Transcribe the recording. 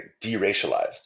de-racialized